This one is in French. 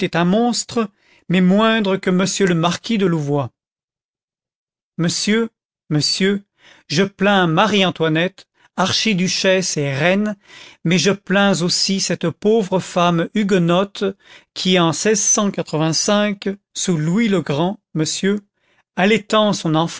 un monstre mais moindre que m le marquis de louvois monsieur monsieur je plains marie-antoinette archiduchesse et reine mais je plains aussi cette pauvre femme huguenote qui en sous louis le grand monsieur allaitant son